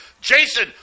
Jason